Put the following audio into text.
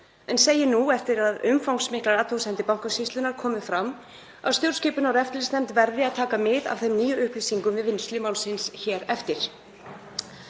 en segi nú, eftir að umfangsmiklar athugasemdir Bankasýslunnar komu fram, að stjórnskipunar- og eftirlitsnefnd verði að taka mið af þeim nýju upplýsingum við vinnslu málsins hér eftir.